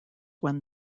when